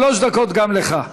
שלוש דקות גם לך.